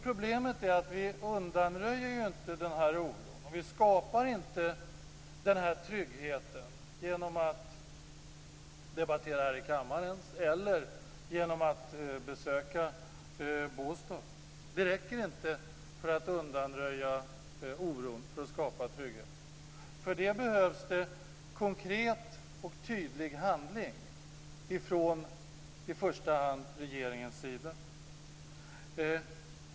Problemet är att vi inte undanröjer oron och vi skapar inte trygghet genom att debattera här i kammaren eller genom att besöka Båstad. Det räcker inte för att undanröja oron och skapa trygghet. För det behövs konkret och tydlig handling från i första hand regeringen.